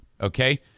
okay